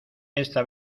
esta